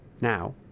Now